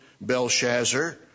Belshazzar